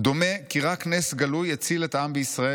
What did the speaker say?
"דומה כי רק נס גלוי הציל את העם בישראל,